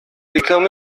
become